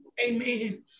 Amen